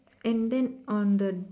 and then on the